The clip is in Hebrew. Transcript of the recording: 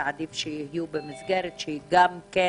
ועדיף שיהיו במסגרת שהיא גם כן